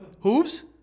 Hooves